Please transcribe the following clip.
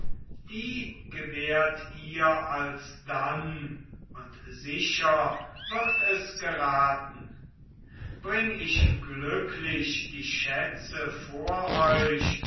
die gewährt ihr alsdann und sicher wird es geraten bring ich glücklich die schätze vor euch